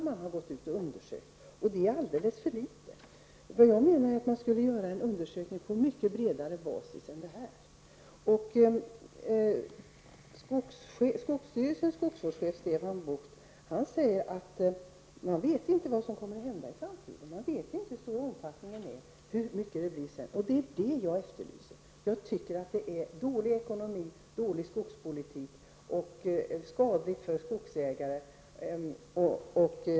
Man skulle behöva göra en undersökning på mycket bredare bas. Skogsstyrelsens skogsvårdschef Stefan Bucht säger att man inte vet vad som kommer att hända i framtiden. Man vet inte hur stor omfattningen är och hur stor den kommer att bli. Det är det jag efterlyser. Jag tycker att det är dålig ekonomi och dålig skogspolitik. Det är skadligt för skogsägare.